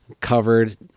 covered